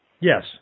Yes